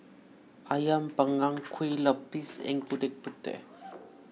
Ayam Panggang Kue Lupis and Gudeg Putih